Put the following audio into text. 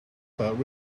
felt